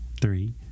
three